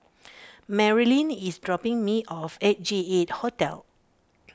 Merilyn is dropping me off at J eight Hotel